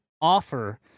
offer